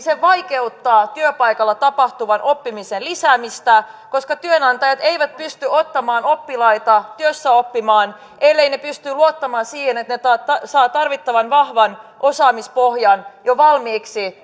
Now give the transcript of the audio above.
vaikeuttaa työpaikalla tapahtuvan oppimisen lisäämistä koska työnantajat eivät pysty ottamaan oppilaita työssäoppimaan elleivät pysty luottamaan siihen että nämä saavat tarvittavan vahvan osaamispohjan jo valmiiksi